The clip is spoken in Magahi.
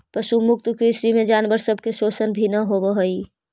पशु मुक्त कृषि में जानवर सब के शोषण भी न होब हई